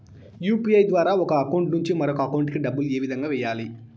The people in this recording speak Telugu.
యు.పి.ఐ ద్వారా ఒక అకౌంట్ నుంచి మరొక అకౌంట్ కి డబ్బులు ఏ విధంగా వెయ్యాలి